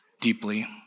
deeply